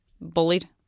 bullied